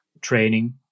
training